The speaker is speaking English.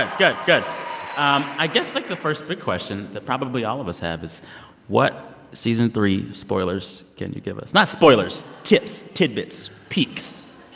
ah good good um i guess, like, the first big question that probably all of us have is what season three spoilers can you give us? not spoilers tips, tidbits, peeks